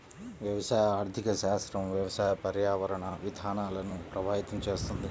వ్యవసాయ ఆర్థిక శాస్త్రం వ్యవసాయ, పర్యావరణ విధానాలను ప్రభావితం చేస్తుంది